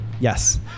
Yes